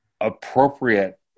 appropriate